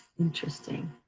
interesting.